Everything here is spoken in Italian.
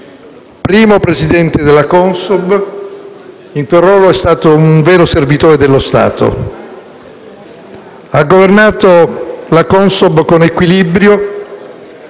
Primo presidente della Consob, in quel ruolo è stato un vero servitore dello Stato. Ha governato la Consob con equilibrio,